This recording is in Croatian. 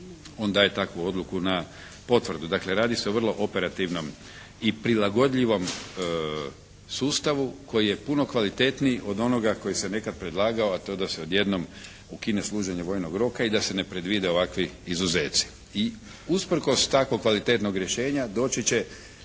on daje takvu odluku na potvrdu. Dakle radi se o vrlo operativnom i prilagodljivom sustavu koji je puno kvalitetniji od onoga koji se je nekad predlagao, a to je da se odjednom ukine služenje vojnog roka i da se ne predvide ovakvi izuzeci. I usprkos tako kvalitetnog rješenja doći će